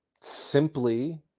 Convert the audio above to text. simply